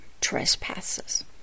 trespasses